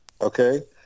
okay